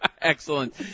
Excellent